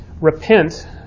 Repent